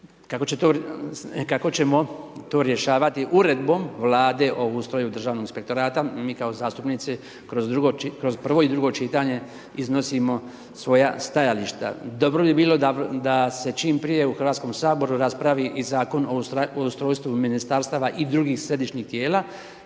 Kako ćemo to rješavati Uredbom Vlade o ustroju Državnog inspektorata, mi kao zastupnici kroz prvo i drugo čitanje iznosimo svoja stajališta. Dobro bi bilo da se čim prije u HS raspravi i Zakon o ustrojstvu Ministarstava i drugih središnjih tijela,